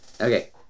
okay